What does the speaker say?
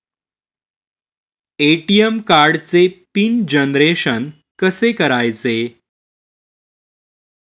ATM कार्डचे pin generation कसे करायचे?